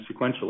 sequentially